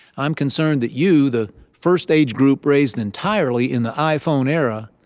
i'm concerned that you, the first age group raised entirely in the iphone era,